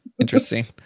interesting